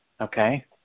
Okay